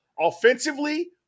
offensively